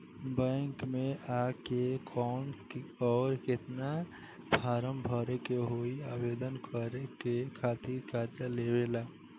Bank मे आ के कौन और केतना फारम भरे के होयी आवेदन करे के खातिर कर्जा लेवे ला?